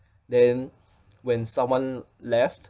then when someone left